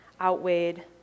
outweighed